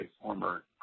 former